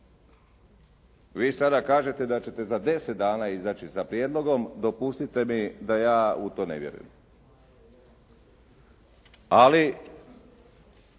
Vi sada kažete da ćete za 10 dana izaći sa prijedlogom. Dopustite mi da ja u to ne vjerujem. Ali